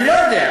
אני לא יודע.